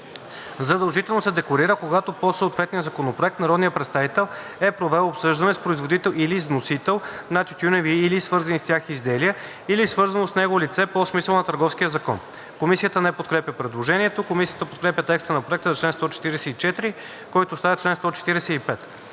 „Задължително се декларира, когато по съответния законопроект народният представител е провел обсъждане с производител или с вносител на тютюневи или свързани с тях изделия или свързано с него лице по смисъла на Търговския закон.“ Комисията не подкрепя предложението. Комисията подкрепя текста на Проекта за чл. 144, който става чл. 145.